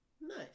nice